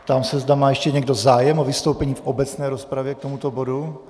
Ptám se, zda má ještě někdo zájem o vystoupení v obecné rozpravě k tomuto bodu.